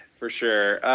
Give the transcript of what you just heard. for sure.